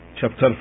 chapter